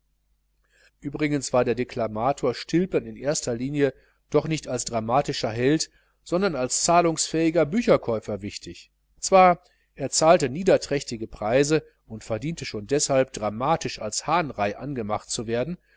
übrigens war der deklamator stilpen in erster linie doch nicht als dramatischer held sondern als zahlungsfähiger bücherkäufer wichtig zwar er zahlte niederträchtige preise und verdiente schon deshalb dramatisch als hahnrei angemacht zu werden